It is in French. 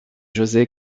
josé